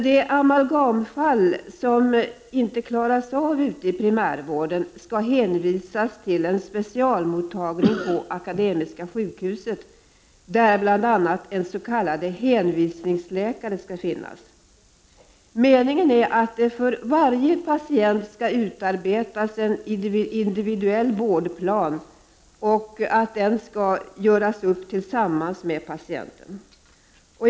De amalgamfall som inte klaras av i primärvården skall hänvisas till en specialmottagning på Akademiska sjukhuset, där bl.a. en s.k. hänvisningsläkare skall finnas. Meningen är att det för varje patient, i samarbete med patienten, skall utarbetas en individuell vårdplan.